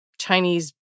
Chinese